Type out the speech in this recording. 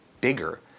bigger